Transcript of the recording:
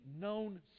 known